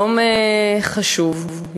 יום חשוב,